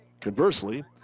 conversely